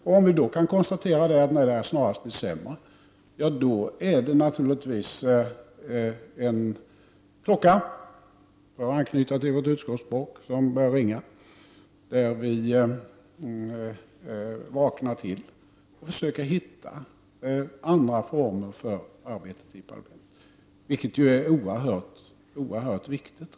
Om vi då kan konstatera att det snarast har blivit sämre, bör naturligtvis en klocka ringa, för att anknyta till vårt utskottsspråk, så att vi vaknar till och försöker hitta andra former för arbetet i parlamentet. Det är något oerhört viktigt.